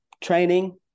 training